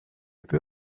peu